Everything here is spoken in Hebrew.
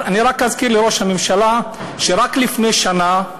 אני רק אזכיר לראש הממשלה שרק לפני שנה,